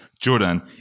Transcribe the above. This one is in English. Jordan